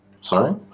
sorry